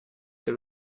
dass